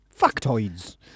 Factoids